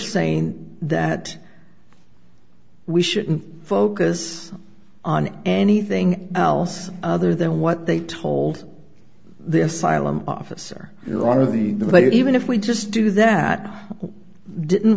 saying that we shouldn't focus on anything else other than what they told the asylum officer who are the but even if we just do that didn't